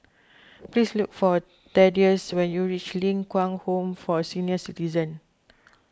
please look for Thaddeus when you reach Ling Kwang Home for Senior Citizens